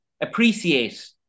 appreciate